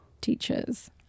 teachers